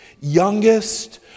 youngest